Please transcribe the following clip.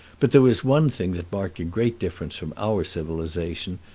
but there was one thing that marked a great difference from our civilization,